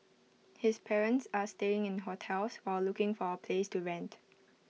his parents are staying in hotels while looking for A place to rent